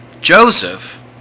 Joseph